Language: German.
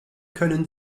können